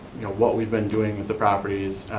what we've been doing with the properties.